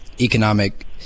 economic